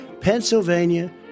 Pennsylvania